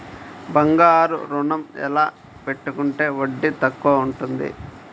బంగారు ఋణం ఎలా పెట్టుకుంటే వడ్డీ తక్కువ ఉంటుంది?